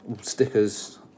stickers